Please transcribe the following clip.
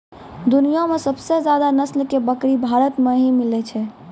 दुनिया मॅ सबसे ज्यादा नस्ल के बकरी भारत मॅ ही मिलै छै